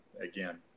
again